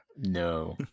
No